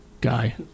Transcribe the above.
guy